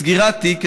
סגירת תיק,